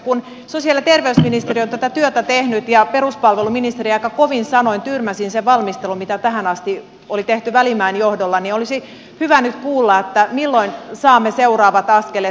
kun sosiaali ja terveysministeriö on tätä työtä tehnyt ja peruspalveluministeri aika kovin sanoin tyrmäsi sen valmistelun mitä tähän asti oli tehty välimäen johdolla niin olisi hyvä nyt kuulla että milloin saamme seuraavat askeleet